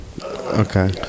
okay